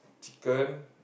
chicken